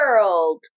World